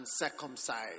uncircumcised